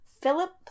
Philip